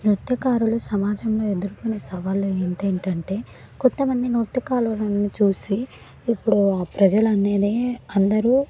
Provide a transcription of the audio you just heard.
నృత్యకారులు సమాజంలో ఎదురుకొనే సవాళ్ళు ఏంటేంటంటే కొంత మంది నృత్యకారులను చూసి ఇప్పుడు ఆ ప్రజలు అనేదే అందరూ